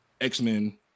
X-Men